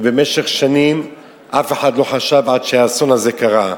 ובמשך שנים אף אחד לא חשב, עד שהאסון הזה קרה.